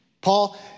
Paul